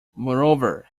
moreover